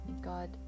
God